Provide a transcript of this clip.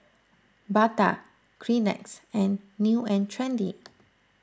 Bata Kleenex and New and Trendy